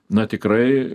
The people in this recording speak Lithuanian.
na tikrai